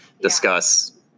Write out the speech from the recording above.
discuss